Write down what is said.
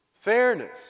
fairness